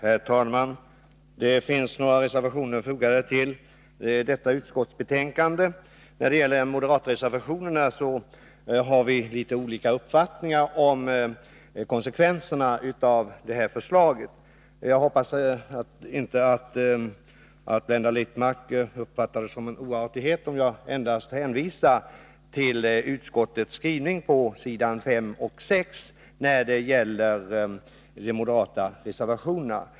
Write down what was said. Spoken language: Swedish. Herr talman! Det finns några reservationer fogade vid betänkandet. När det gäller moderatreservationerna kan jag konstatera att vi har litet olika uppfattningar om konsekvenserna av förslaget. Jag hoppas att Blenda Littmarck inte uppfattar det som en oartighet om jag bara hänvisar till utskottets skrivning på s. 5 och 6 när det gäller de moderata reservationerna.